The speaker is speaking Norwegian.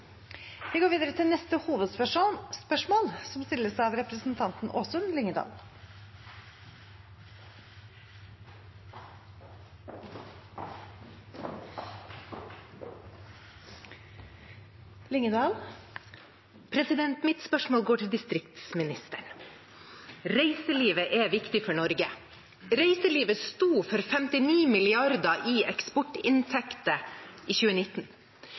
Vi går videre til neste hovedspørsmål. Mitt spørsmål går til distriktsministeren. Reiselivet er viktig for Norge. Reiselivet sto for 59 mrd. kr i eksportinntekter i 2019.